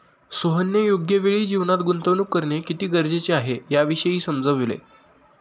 सोहनने योग्य वेळी जीवनात गुंतवणूक करणे किती गरजेचे आहे, याविषयी समजवले